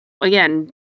again